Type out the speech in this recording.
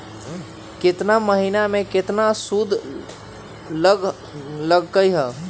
केतना महीना में कितना शुध लग लक ह?